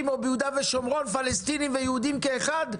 או ביהודה ושומרון לגבי פלסטינים ויהודים כאחד,